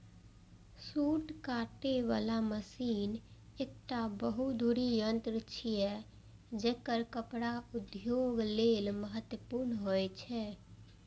सूत काटे बला मशीन एकटा बहुधुरी यंत्र छियै, जेकर कपड़ा उद्योग लेल महत्वपूर्ण होइ छै